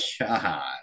god